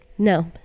No